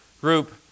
group